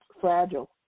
fragile